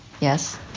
Yes